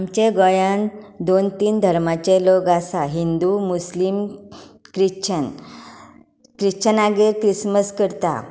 आमच्या गोंयान दोन तीन धर्माचे लोक आसा हिंदू मुस्लिम ख्रिश्चन ख्रिश्चनांगेर ख्रिसमस करता